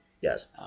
Yes